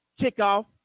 kickoff